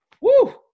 Woo